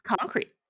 concrete